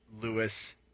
Lewis